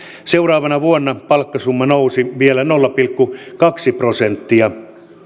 seuraavana vuonna palkkasumma nousi vielä nolla pilkku kaksi prosenttia